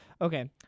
Okay